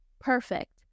perfect